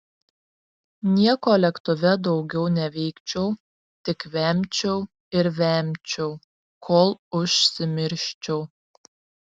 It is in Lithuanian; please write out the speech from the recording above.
nieko lėktuve daugiau neveikčiau tik vemčiau ir vemčiau kol užsimirščiau